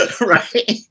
Right